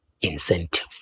incentive